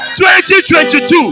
2022